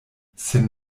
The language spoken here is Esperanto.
sen